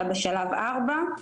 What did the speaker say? אלא בשלב ארבע,